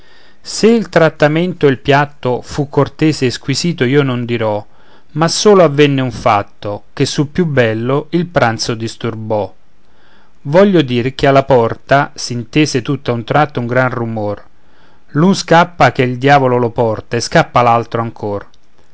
se il trattamento e il piatto fu cortese e squisito io non dirò ma solo avvenne un fatto che sul più bello il pranzo disturbò voglio dir che alla porta s'intese tutto a un tratto un gran rumor l'un scappa che il diavolo lo porta e scappa l'altro ancor